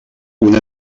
una